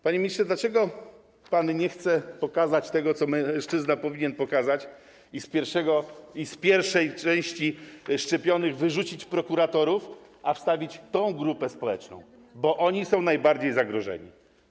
Panie ministrze, dlaczego pan nie chce pokazać tego, co mężczyzna powinien pokazać, i z pierwszej części szczepionych wyrzucić prokuratorów, a wstawić tę grupę społeczną, bo oni są najbardziej zagrożeni?